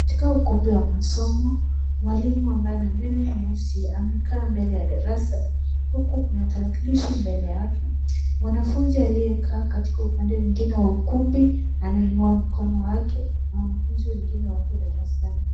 Katika ukumbi wa masomo, mwalimu ambaye ana nywele nyeusi amekaa mbele ya darasa, huku kuna tarakilishi mbele yake. Mwanafunzi aliyekaa katika upande mwingine wa ukumbi anainua mkono wake na wanafunzi wengine wapo darasani